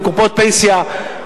בקופות פנסיה,